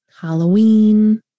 Halloween